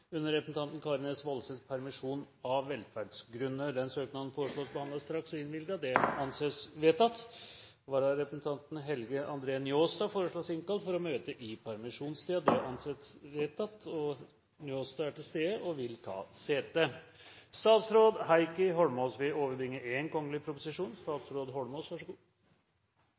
under representanten Karin S. Woldseths permisjon, av velferdsgrunner. Denne søknaden foreslås behandlet straks og innvilget. – Det anses vedtatt. Vararepresentanten, Helge André Njåstad, foreslås innkalt for å møte i permisjonstiden. – Det anses vedtatt. Helge André Njåstad er til stede og vil ta sete. Etter ønske fra utenriks- og forsvarskomiteen vil